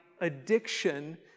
addiction